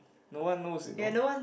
no one knows you know